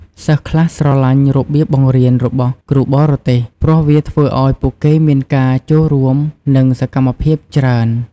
សិស្សខ្លះស្រឡាញ់របៀបបង្រៀនរបស់គ្រូបរទេស ព្រោះវាធ្វើឱ្យពួកគេមានការចូលរួម និងសកម្មភាពច្រើន។